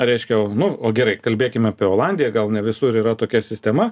reiškia nu o gerai kalbėkim apie olandiją gal ne visur yra tokia sistema